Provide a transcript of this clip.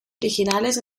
originales